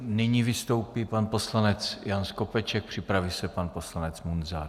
Nyní vystoupí pan poslanec Jan Skopeček, připraví se pan poslanec Munzar.